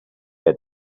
red